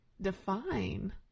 define